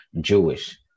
Jewish